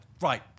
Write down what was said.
right